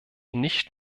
nicht